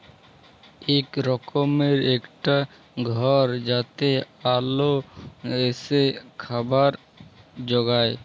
ইক রকমের ইকটা ঘর যাতে আল এসে খাবার উগায়